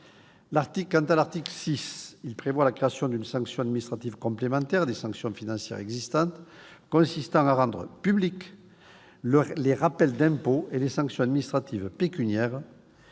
L'article 6 prévoit la création d'une sanction administrative complémentaire des sanctions financières existantes, consistant à rendre publics les rappels d'impôts et les sanctions administratives pécuniaires